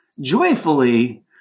joyfully